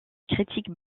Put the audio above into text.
critique